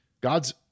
God's